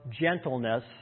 gentleness